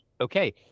okay